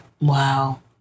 Wow